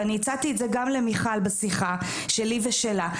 ואני הצעתי את זה גם למיכל בשיחה שלי ושלה,